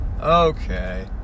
Okay